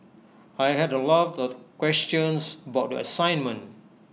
I had A lot of questions about the assignment